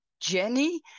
Jenny